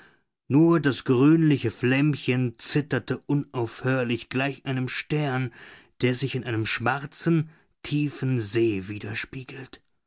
nur das grünliche flämmchen zitterte unaufhörlich gleich einem stern der sich in einem schwarzen tiefen see widerspiegelt